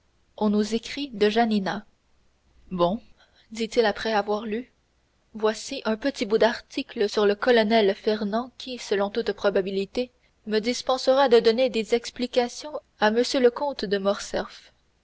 on nous écrit de janina bon dit-il après avoir lu voici un petit bout d'article sur le colonel fernand qui selon toute probabilité me dispensera de donner des explications à m le comte de morcerf